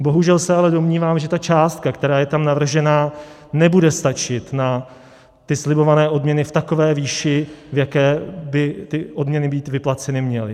Bohužel se ale domnívám, že ta částka, která je tam navržena, nebude stačit na slibované odměny v takové výši, v jaké by ty odměny být vyplaceny měly.